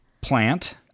Plant